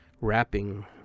wrapping